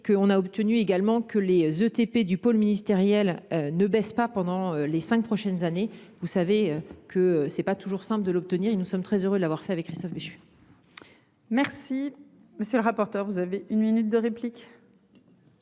qu'on a obtenu également que les ETP du pôle ministériel ne baisse pas pendant les 5 prochaines années. Vous savez que c'est pas toujours simple de l'obtenir, il nous sommes très heureux de l'avoir fait avec Christophe Béchu. Merci monsieur le rapporteur. Vous avez une minute de répliques.